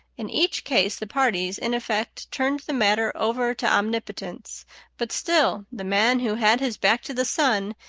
in each case the parties in effect turned the matter over to omnipotence but still the man who had his back to the sun,